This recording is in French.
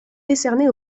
décerné